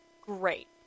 great